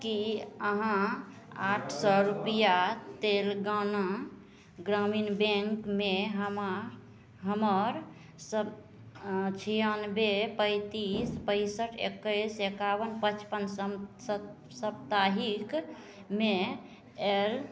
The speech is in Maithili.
कि अहाँ आठ सौ रुपैआ तेलगाना ग्रामीण बैँकमे हमा हमर सब छिआनवे पैँतिस पैँसठि एकैस एकावन पचपन सप सप साप्ताहिकमे आएल